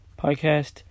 podcast